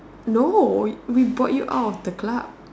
no we bought you out of the club